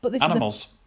Animals